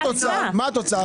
מה התוצאה?